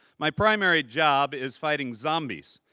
my primary job is fighting zombies.